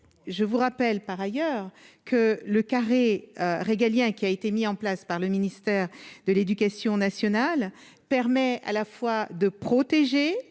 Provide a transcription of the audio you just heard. je vous rappelle par ailleurs que le carré régalien qui a été mis en place par le ministère de l'Éducation nationale permet à la fois de protéger